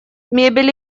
мебель